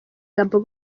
gabon